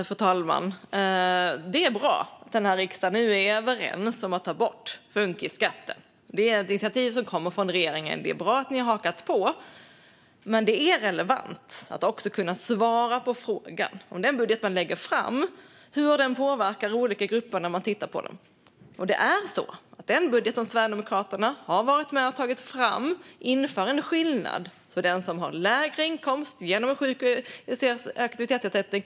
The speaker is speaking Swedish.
Fru talman! Det är bra att vi i riksdagen nu är överens om att ta bort funkisskatten. Det är ett initiativ som kommer från regeringen, och det är bra att ni har hakat på. Men det är relevant att kunna svara på frågan om hur den budget man lägger fram påverkar olika grupper när man tittar på dem. Den budget som Sverigedemokraterna varit med om att ha tagit fram inför en skillnad för dem som har lägre inkomst genom sjuk och aktivitetsersättning.